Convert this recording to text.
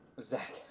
Zach –